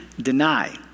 deny